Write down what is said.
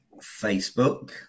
Facebook